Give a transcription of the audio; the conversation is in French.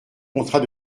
contrat